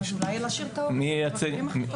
אז אולי להשאיר את ההורים, הם יודעים הכי טוב.